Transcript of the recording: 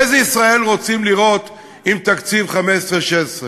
איזו ישראל רוצים לראות עם תקציב 15'-16'?